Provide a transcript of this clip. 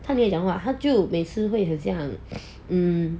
他没有讲话他就每次会很像 mm